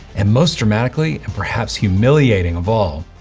and most dramatically, and perhaps humiliating of all,